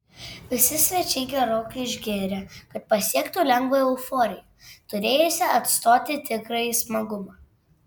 visi svečiai gerokai išgėrė kad pasiektų lengvą euforiją turėjusią atstoti tikrąjį smagumą